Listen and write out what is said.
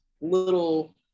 little